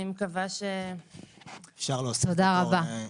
אני מקווה ש --- תודה רבה.